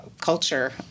culture